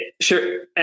Sure